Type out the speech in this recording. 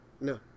No